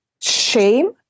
shame